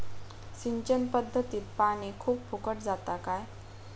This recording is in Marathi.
सिंचन पध्दतीत पानी खूप फुकट जाता काय?